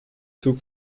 took